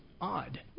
odd